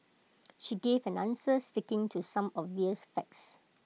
she gave an answer sticking to some obvious facts